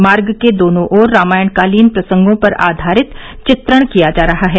मार्ग के दोनों ओर रामायण कालीन प्रसंगों पर आधारित चित्रण किया जा रहा है